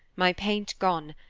my paint gone,